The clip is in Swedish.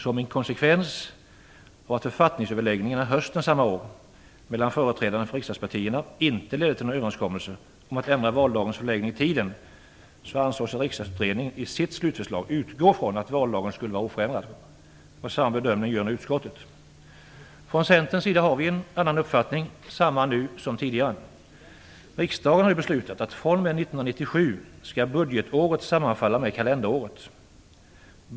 Som en konsekvens av att författningsöverläggningarna hösten samma år mellan företrädare för riksdagspartierna inte ledde till någon överenskommelse om att ändra valdagens förläggning i tiden ansåg sig Riksdagsutredningen i sitt slutförslag kunna utgå från att valdagen skulle vara oförändrad. Samma bedömning gör nu utskottet. Från Centerns sida har vi en annan uppfattning - samma nu som tidigare. Riksdagen har ju beslutat att budgetåret skall sammanfalla med kalenderåret fr.o.m. 1997.